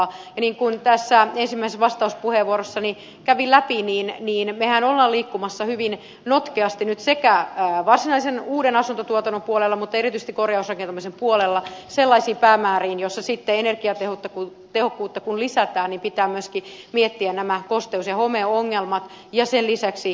niin kuin ensimmäisessä vastauspuheenvuorossani kävin läpi niin mehän olemme liikkumassa hyvin notkeasti nyt sekä varsinaisen uuden asuntotuotannon puolella mutta erityisesti korjausrakentamisen puolella sellaisiin päämääriin joissa sitten energiatehokkuutta kun lisätään pitää myöskin miettiä nämä kosteus ja homeongelmat ja sen lisäksi sisäilmatilaongelmat ihan uudelleen